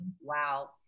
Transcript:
Wow